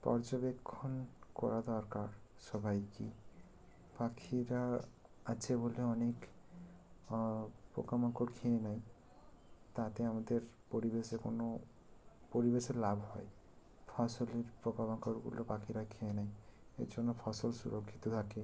পর্যবেক্ষণ করা দরকার সবাইকেই পাখিরা আছে বলে অনেক পোকা মাকড় খেয়ে নেয় তাতে আমাদের পরিবেশে কোনো পরিবেশের লাভ হয় ফসলের পোকা মাকড়গুলো পাখিরা খেয়ে নেয় এজন্য ফসল সুরক্ষিত থাকে